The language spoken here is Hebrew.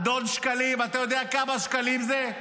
אדון שקלים, אתה יודע כמה שקלים זה?